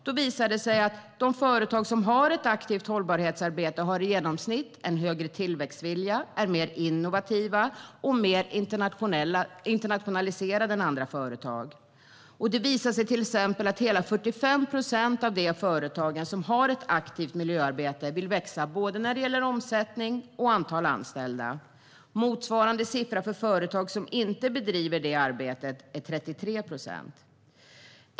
Det har visat sig att de företag som har ett aktivt hållbarhetsarbete har i genomsnitt en högre tillväxtvilja, är mer innovativa och är mer internationaliserade än andra företag. Det har vidare visat sig till exempel att hela 45 procent av de företag som har ett aktivt miljöarbete vill växa när det gäller omsättning och antal anställda. Motsvarande siffra för företag som inte bedriver det arbetet är 33 procent.